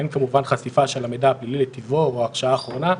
אין כמובן חשיפה של המידע הפלילי לטיבו או הרשעה אחרונה,